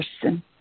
person